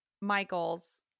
Michael's